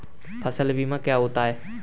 फसल बीमा क्या होता है?